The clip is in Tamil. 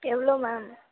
எவ்வளோ மேம்